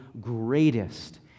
greatest